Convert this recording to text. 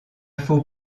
faut